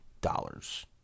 dollars